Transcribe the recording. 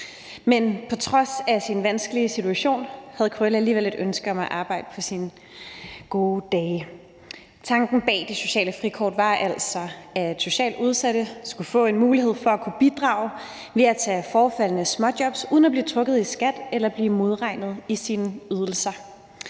men på trods af sin vanskelige situation havde Krølle alligevel et ønske om at arbejde på sine gode dage. Tanken bag det sociale frikort var altså, at socialt udsatte skulle få en mulighed for at kunne bidrage ved at tage forefaldende småjobs uden at blive trukket i skat eller blive modregnet i deres ydelser.